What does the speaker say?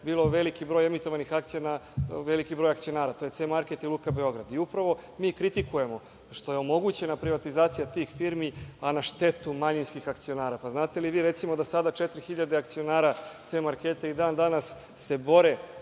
bio veliki broj emitovanih akcija na veliki broj akcionara. To je „C market“ i Luka Beograd. I upravo mi kritikujemo što je omogućena privatizacija tih firmi, a na štetu manjinskih akcionara. Pa, znate li vi, recimo, da sada 4.000 akcionara „C marketa“ i dan danas se bore